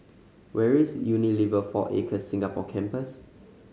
where is Unilever Four Acres Singapore Campus